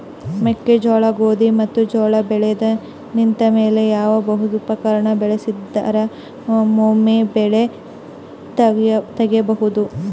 ಮೆಕ್ಕೆಜೋಳ, ಗೋಧಿ ಮತ್ತು ಜೋಳ ಬೆಳೆದು ನಿಂತ ಮೇಲೆ ಯಾವ ಬೃಹತ್ ಉಪಕರಣ ಬಳಸಿದರ ವೊಮೆ ಬೆಳಿ ತಗಿಬಹುದು?